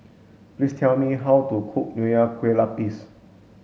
please tell me how to cook Nonya Kueh Lapis